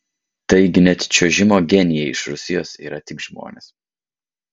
taigi net čiuožimo genijai iš rusijos yra tik žmonės